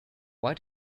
why